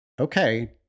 Okay